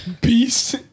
beast